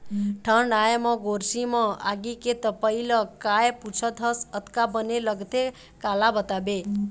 ठंड आय म गोरसी म आगी के तपई ल काय पुछत हस अतका बने लगथे काला बताबे